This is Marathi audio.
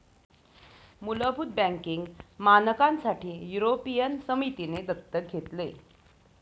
मुलभूत बँकिंग मानकांसाठी युरोपियन समितीने दत्तक घेतले